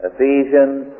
Ephesians